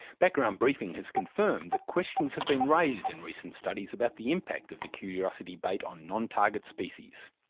background briefing has confirmed that questions have been raised in recent studies about the impact of the curiosity bait on non-target species.